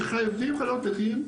שחייבים חניות נכים,